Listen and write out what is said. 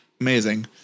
amazing